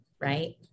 Right